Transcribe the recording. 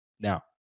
Now